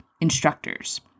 instructors